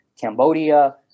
Cambodia